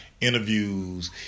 interviews